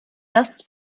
das